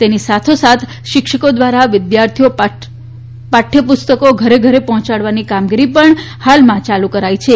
તેની સાથોસાથ શિક્ષકો દ્વારા વિદ્યાર્થીઓ પાઠયપુસ્તકો ઘરે ઘરે પહોંચાડવાની કામગીરી પણ હાલમાં ચાલુ છે